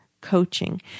coaching